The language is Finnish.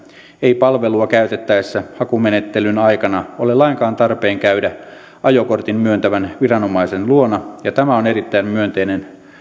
ei palvelua käytettäessä hakumenettelyn aikana ole lainkaan tarpeen käydä ajokortin myöntävän viranomaisen luona ja tämä on erittäin myönteinen